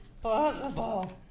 possible